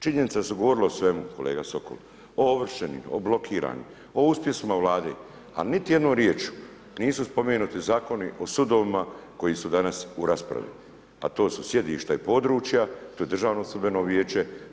Činjenica je da se govorilo o svemu kolega Sokol o ovršenim, o blokiranim, o uspjesima Vlade a niti jednom riječju nisu spomenuti zakoni o sudovima koji su danas u raspravi a to su sjedišta i područja, to je Državno sudbeno vijeće.